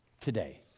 today